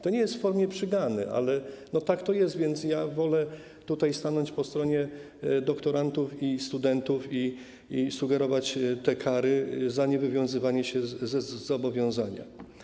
To nie jest w formie przygany, ale tak to jest, więc wolę tutaj stanąć po stronie doktorantów i studentów i sugerować te kary za niewywiązywanie się ze zobowiązania.